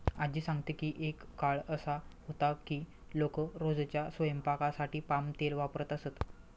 आज्जी सांगते की एक काळ असा होता की लोक रोजच्या स्वयंपाकासाठी पाम तेल वापरत असत